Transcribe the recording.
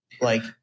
like-